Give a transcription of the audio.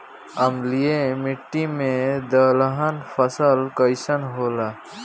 अम्लीय मिट्टी मे दलहन फसल कइसन होखेला?